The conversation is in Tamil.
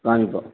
வாங்கிப்போம்